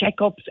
checkups